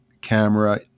camera